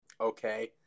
okay